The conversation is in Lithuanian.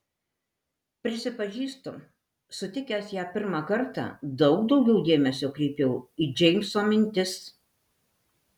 prisipažįstu sutikęs ją pirmą kartą daug daugiau dėmesio kreipiau į džeimso mintis